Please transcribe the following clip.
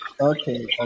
Okay